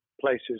places